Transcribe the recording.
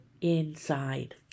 inside